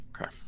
Okay